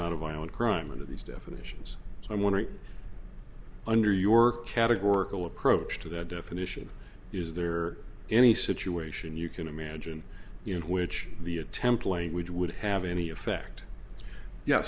not a violent crime and of these definitions i'm wondering under your categorical approach to that definition is there any situation you can imagine in which the attempt language would have any effect ye